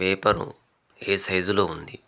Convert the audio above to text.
paper ఏ సైజులో ఉంది